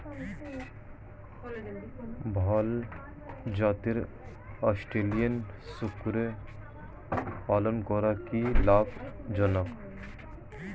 ভাল জাতের অস্ট্রেলিয়ান শূকরের পালন করা কী লাভ জনক?